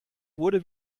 wurde